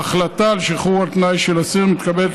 החלטה על שחרור על תנאי של אסיר מתקבלת